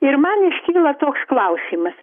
ir man iškyla toks klausimas